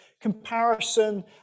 comparison